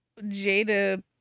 Jada